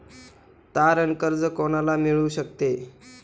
तारण कर्ज कोणाला मिळू शकते?